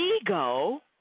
ego